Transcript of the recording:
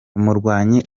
umurwayi